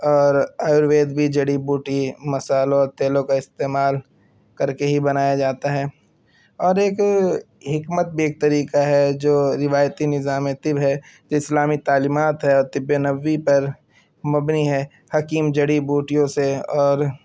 اور آیوروید بھی جڑی بوٹی مصالحوں اور تیلوں کا استعمال کر کے ہی بنایا جاتا ہے اور ایک حکمت بھی ایک طریکہ ہے جو روایتی نظامِ طب ہے جو اسلامی تعلیمات ہے اور طبِّ نبوی پر مبنی ہے حکیم جڑی بوٹیوں سے اور